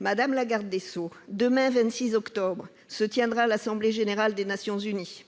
Madame la garde des sceaux, demain 26 octobre se tiendra l'assemblée générale des Nations unies.